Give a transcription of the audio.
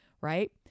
right